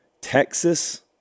Texas